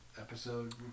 episode